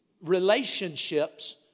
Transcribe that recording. relationships